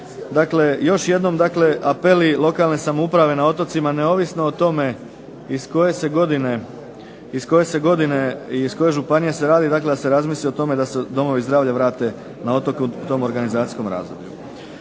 dakle još jednom apeli lokalne samouprave na otocima ne ovisno o tome iz koje se godine i o kojoj se županiji radi, da se razmisli o tome da se domovi zdravlja vrate na otoke u tom organizacijskom razdoblju.